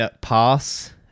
pass